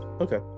okay